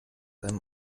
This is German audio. einem